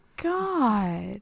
God